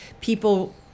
people